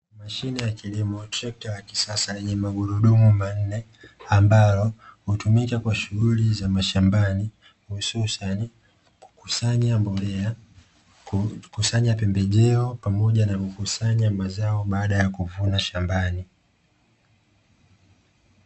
Mashine ya kilimo trekta ya kisasa lenye magurudumu manne, ambalo hutumika kwa shughuli za mashambani hususani kukusanya mbolea, kukusanya pembejeo pamoja na kukusanya mazao baada ya kuvuna shambani.